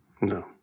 No